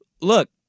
look